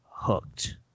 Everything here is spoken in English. hooked